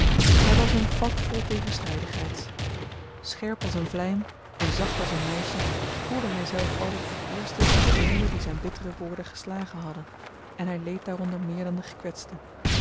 hy was een vat vol tegenstrydigheids scherp als een vlym en zacht als een meisje voelde hyzelf altyd het eerst de wonde die zyn bittere woorden geslagen hadden en hy leed daaronder meer dan de gekwetste